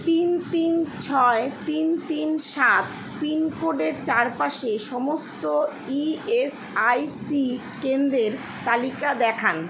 তিন তিন ছয় তিন তিন সাত পিন কোডের চারপাশে সমস্ত ইএসআইসি কেন্দ্রের তালিকা দেখান